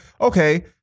okay